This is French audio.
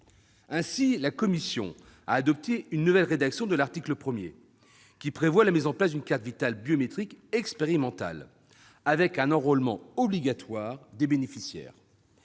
Ainsi, la commission a adopté une nouvelle rédaction de l'article 1, qui prévoit la mise en place d'une carte Vitale biométrique expérimentale, avec un enrôlement obligatoire des bénéficiaires.